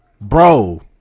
Bro